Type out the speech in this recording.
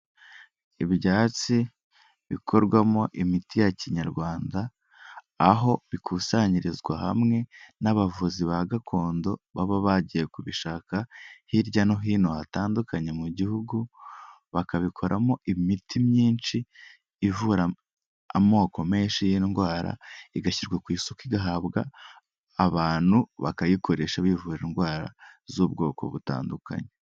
Ibyatsi bikorwamo imiti ya Kinyarwanda aho bikusanyirizwa hamwe n'abavuzi ba gakondo baba bagiye kubishaka hirya no hino hatandukanye mu Gihugu. Bakabikoramo imiti myinshi ivura amoko menshi y'indwara, igashyirwa ku isoko igahabwa abantu bakayikoresha bivura indwara z'ubwoko butandukanye.